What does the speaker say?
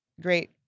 great